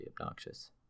obnoxious